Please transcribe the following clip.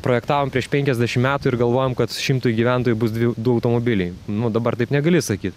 projektavom prieš penkiasdešim metų ir galvojom kad šimtui gyventojų bus dvi du automobiliai nu dabar taip negali sakyt